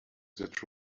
that